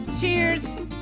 Cheers